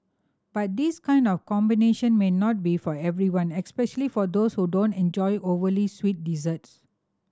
but this kind of combination may not be for everyone especially for those who don't enjoy overly sweet desserts